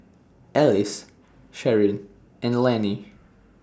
Ellis Sharyn and Lanny